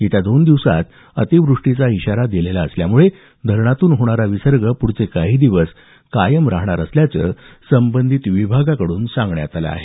येत्या दोन दिवसांत अतिवृष्टीचा इशारा दिलेला असल्यामुळे धरणातून होणारा विसर्ग पुढचे काही दिवस कायम राहणार असल्याचं संबंधित विभागाकडून सांगण्यात आलं आहे